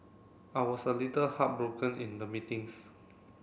I was a little heartbroken in the meetings